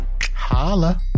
holla